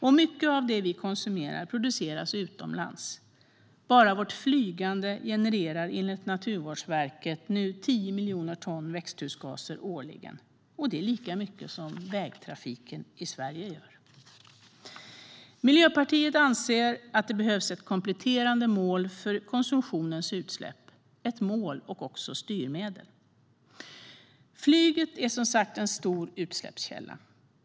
Och mycket av det vi konsumerar produceras utomlands. Bara vårt flygande genererar enligt Naturvårdsverket nu 10 miljoner ton växthusgaser årligen. Det är lika mycket som vägtrafiken i Sverige gör. Miljöpartiet anser att det behövs ett kompletterande mål för konsumtionens utsläpp, ett mål och också ett styrmedel. Flyget är som sagt en stor utsläppskälla.